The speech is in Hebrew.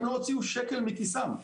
הם לא הוציאו שקל מכיסם.